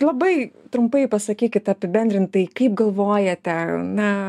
labai trumpai pasakykit apibendrintai kaip galvojate na